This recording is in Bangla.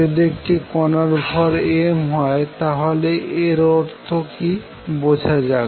যদি একটি কণার ভর m হয় তাহলে এর অর্থ কি বোঝা যাক